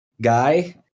guy